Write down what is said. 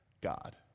God